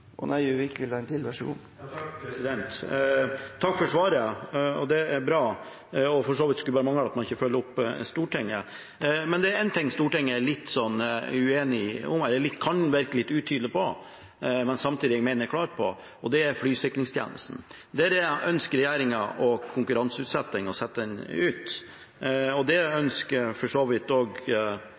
er bra – og for så vidt skulle det bare mangle at man ikke følger opp Stortingets signaler. Men det er én ting der Stortinget er litt uenig og kan virke litt utydelig, men samtidig – mener jeg – er klar, og det gjelder flysikringstjenesten. Regjeringen ønsker å konkurranseutsette den. Det ønsker for så vidt